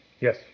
Yes